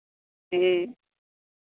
ᱦᱮᱸ